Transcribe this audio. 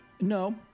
No